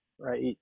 right